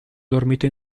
dormito